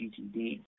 gtd